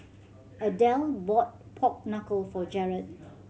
Adelle bought pork knuckle for Jarod